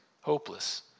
hopeless